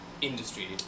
industry